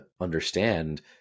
understand